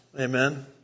Amen